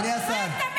מה אתה מבלבל?